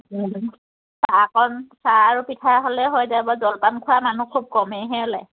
চাহ অকণ চাহ আৰু পিঠা হ'লে হৈ যায় বা জলপান খোৱা মানুহ খুব কমেইহে হ'লে